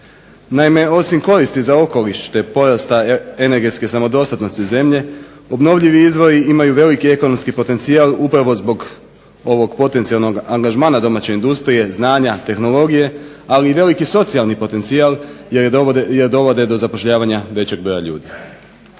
Naime, osim koristi za okoliš te porasti energetske samodostatnosti zelje obnovljivi izvori imaju veliki ekonomski potencijal upravo zbog ovog potencijalnog angažmana domaće industrije znanja tehnologije, ali i veliki socijalni potencijal jer dovode do zapošljavanja većeg broja ljudi.